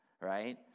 right